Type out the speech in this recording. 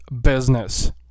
business